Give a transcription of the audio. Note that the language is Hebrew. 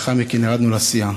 לאחר מכן ירדנו לסיעה.